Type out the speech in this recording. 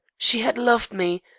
she had loved me.